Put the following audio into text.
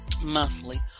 monthly